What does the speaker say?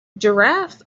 giraffes